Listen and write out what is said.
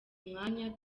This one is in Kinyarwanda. mwanya